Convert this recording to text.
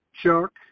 Chuck